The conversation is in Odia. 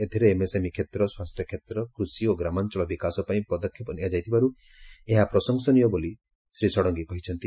ଏଥିରେ ଏମ୍ଏସଏମଇ କ୍ଷେତ୍ର ସ୍ୱାସ୍ଥ୍ୟକ୍ଷେତ୍ର କୃଷି ଓ ଗ୍ରାମାଞ୍ଚଳ ବିକାଶ ପାଇଁ ପଦକ୍ଷେପ ନିଆଯାଇଥିବାରୁ ଏହା ପ୍ରଶଂସନୀୟ ବୋଲି ଶ୍ରୀ ଷଡ଼ଙ୍ଗୀ କହିଛନ୍ତି